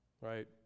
Right